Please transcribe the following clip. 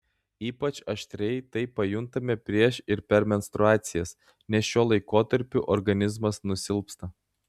ypač aštriai tai pajuntame prieš ir per menstruacijas nes šiuo laikotarpiu organizmas nusilpsta